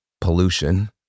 pollution